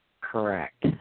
Correct